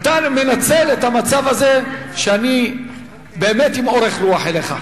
אתה מנצל את המצב הזה שאני באמת עם אורך רוח אליך.